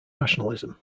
nationalism